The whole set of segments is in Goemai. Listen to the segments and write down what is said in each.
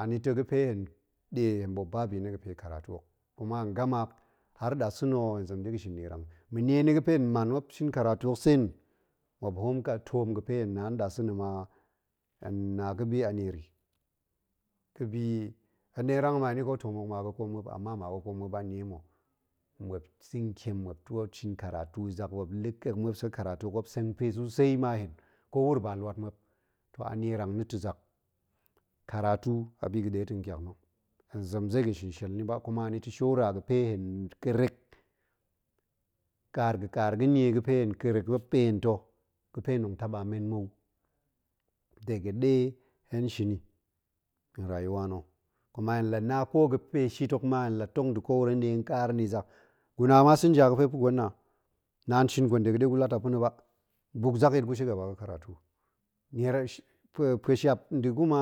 Ani ta̱ ga̱ fe hen ɗe hen ɓuop ba bi ni ga̱ pe karatu hok, kuma hen gama, har ɗasa̱na̱ o hen zem de ga̱ shin nierang. ma̱niena̱ ga̱ fe hen man muop muop shin karatu hok tseen muop hoom ka toom ga̱ fe hen na nɗasa̱na ma, hen na ga̱ bi a niere, ga̱bi hen ɗe rang ma ga̱bi toom hok ma ga̱ koom muop, ama ma ga̱ koom muop ba nie ma̱, muop sa̱n kiem, muop twoot shin karatu i zak, muop la̱ kek muop sek karatu hok zak muop seng pe sosai ma hen, ko wuro ba luat muop, to a nierang na̱ ta̱ zak, karatu a bi ga̱ ɗe nkiak na̱, hen zem de ga̱ shin shiel ni ba, kuma ni ta̱ shora ga̱ pe hen ƙerek, ƙaar ga̱ ƙaar ga̱ nie ga̱ fe hen ƙerek muop pen ta̱ ga̱ fe hen tong taba men mou de ga̱ ɗe hen shini n rayuwa na̱ kuma hen la na ko ga̱ pe shit hok ma, hen la tong da̱ kowuro hen de ƙaar ni zak, gu na masenger ga̱ pe muop pa̱ gwen na naan shin gwen de ga̱ fe ɗe gu lat a pa̱na̱ ba, buk zakyit gu shigaba ga̱ karatu pueshap nda̱ kuma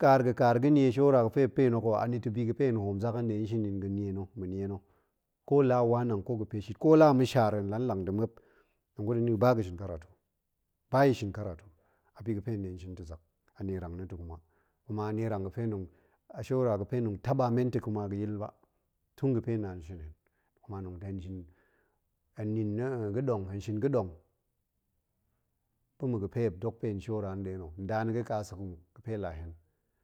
ƙaar ga̱ ƙaar ga̱ nie showara ga̱ pe muop pen hok o, anita̱ bi ga̱ fe hen hoom zak, hen ɗe tong shin i ga̱ nie na̱, ma̱ nie na̱. ko la nwa nang, ko la ga̱ pe shit, ko la ma̱shaar hen la nlang da̱ muop, tong kut hen yi ba ga̱ shin karatu, ba yi shin karatu, abi ga̱ fe hen ɗe shin ta̱ zak, a nierang na̱ ta̱ kuma, kuma a nierang ga̱ fe hen tong, a shora ga̱ fe hen tong taba men ta̱ kuma ga̱yil ba, tun ga̱ fe naan shin hen, kuma tong ɗe shin i. hen nin ga̱ɗong, hen shin ga̱ɗong pa̱ ma̱ ga̱ fe muop dok pen shora nɗe na̱, nda na̱ ga̱ ƙa sek muk ga̱ fe la hen.